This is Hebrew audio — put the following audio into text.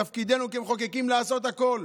תפקידנו כמחוקקים לעשות הכול.